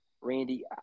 Randy